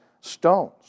stones